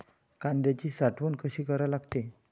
कांद्याची साठवन कसी करा लागते?